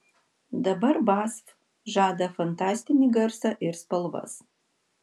dabar basf žada fantastinį garsą ir spalvas